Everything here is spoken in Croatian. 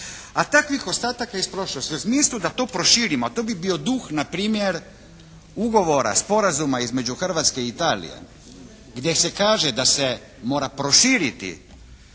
A takvih ostataka iz prošlosti umjesto da to proširimo, a to bi bio duh npr. ugovora, sporazuma između Hrvatske i Italije gdje se kaže da se mora proširiti